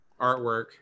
artwork